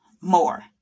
more